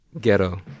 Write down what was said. ghetto